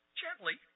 gently